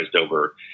over